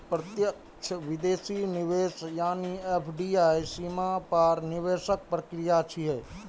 प्रत्यक्ष विदेशी निवेश यानी एफ.डी.आई सीमा पार निवेशक प्रक्रिया छियै